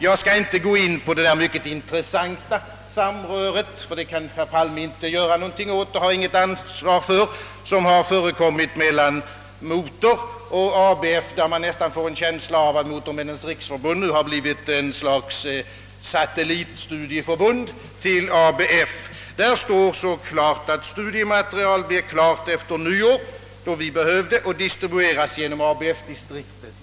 Jag skall inte gå in på det där mycket intressanta samröret — det kan statsrådet Palme inte göra något åt; det har han inget ansvar för -— som förekommit mellan Motormännens riksförbund och ABF, beträffande vilket man nästan får intrycket att Motormännens riksförbund nu har blivit ett slags satellitstudieförbund till ABF. Det stod i tidningen Motor klart, att studiematerial blir färdigt efter nyår — då vi behövde det — och distribueras genom ABF-distrikten.